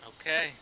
Okay